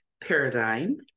Paradigm